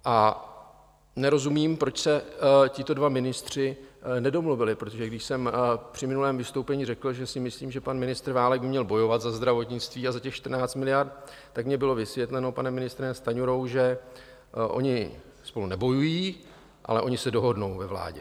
A nerozumím, proč se tito dva ministři nedomluvili, protože když jsem při minulém vystoupení řekl, že když si myslím, že pan ministr Válek by měl bojovat za zdravotnictví a za těch 14 miliard, tak mně bylo vysvětleno panem ministrem Stanjurou, že oni spolu nebojují, ale oni se dohodnou ve vládě.